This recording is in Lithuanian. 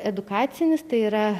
edukacinis tai yra